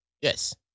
Yes